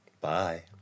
Bye